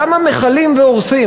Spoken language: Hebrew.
למה מכלים והורסים?